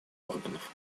органов